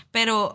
Pero